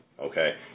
Okay